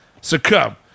succumb